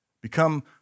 become